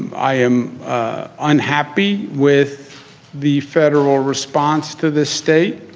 i am unhappy with the federal response to this state,